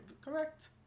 correct